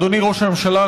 אדוני ראש הממשלה,